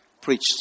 preached